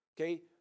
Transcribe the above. okay